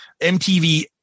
MTV